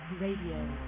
Radio